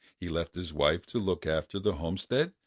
he left his wife to look after the homestead,